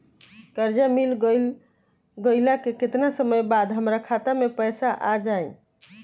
कर्जा मिल गईला के केतना समय बाद हमरा खाता मे पैसा आ जायी?